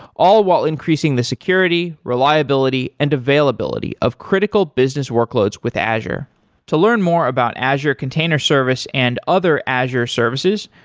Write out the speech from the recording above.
all while increasing the security, reliability and availability of critical business workloads with azure to learn more about azure container service and other azure services,